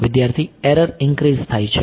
વિદ્યાર્થી error increase થાય છે